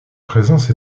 présence